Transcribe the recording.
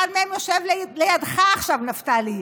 אחד מהם יושב לידך עכשיו, נפתלי.